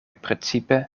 precipe